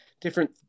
different